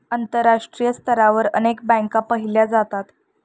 आंतरराष्ट्रीय स्तरावर अनेक बँका पाहिल्या जातात